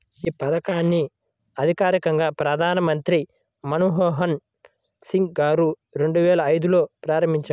యీ పథకాన్ని అధికారికంగా ప్రధానమంత్రి మన్మోహన్ సింగ్ గారు రెండువేల ఐదులో ప్రారంభించారు